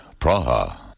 Praha